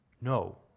No